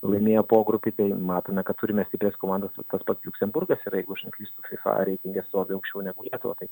laimėjo pogrupy tai matome kad turime stiprias komandas tas pats liuksemburgas jeigu aš nelkystu fifa reitinge stovi aukščiau negu lietuva tai